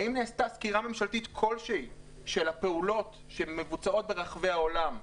האם נעשתה סקירה ממשלתית כלשהי של הפעולות שמבוצעות ברחבי העולם,